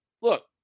look